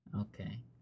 Okay